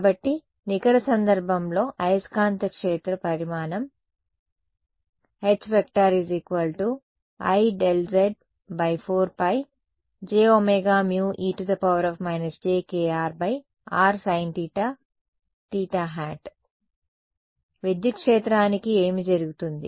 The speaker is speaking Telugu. కాబట్టి నికర సందర్భంలో అయస్కాంత క్షేత్ర పరిమాణం HIz4πjωe jkr r sin θ విద్యుత్ క్షేత్రానికి ఏమి జరుగుతుంది